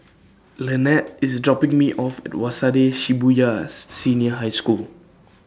Lynnette IS dropping Me off At Waseda Shibuya Senior High School